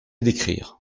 d’écrire